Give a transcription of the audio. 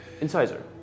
Incisor